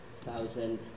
thousand